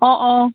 অঁ অঁ